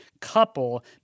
couple